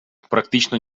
практично